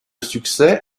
succès